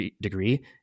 degree